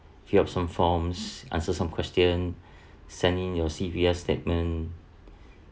fill up some forms answer some question send in in your C_P_F statement